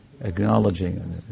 acknowledging